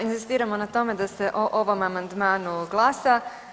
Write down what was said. Inzistiramo na tome da se o ovom amandmanu glasa.